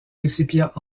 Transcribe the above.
récipients